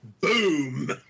boom